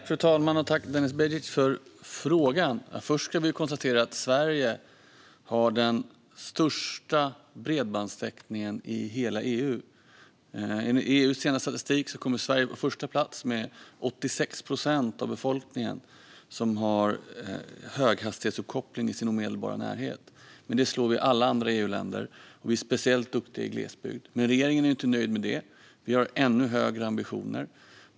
Fru talman! Jag tackar Denis Begic för frågan. Sverige har den största bredbandstäckningen i hela EU. Enligt EU:s senaste statistik kommer Sverige på första plats eftersom 86 procent av befolkningen har höghastighetsuppkoppling i sin omedelbara närhet. Med det slår vi alla andra EU-länder, och vi är speciellt duktiga i glesbygd. Men regeringen är inte nöjd. Vi har högre ambitioner.